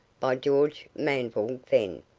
by george manville fenn.